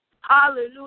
hallelujah